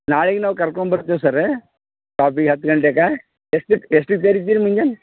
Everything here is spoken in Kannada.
ನಾಳಿಗೆ ನಾವು ಕರ್ಕೊಂಬರ್ತೀವಿ ಸರ್ ಶಾಪಿಗೆ ಹತ್ತು ಗಂಟೆಗೆ ಎಷ್ಟಕ್ಕೆ ಎಷ್ಟು ಇತ್ತು ರೆಸ್ಯೂಮಿಂಗ್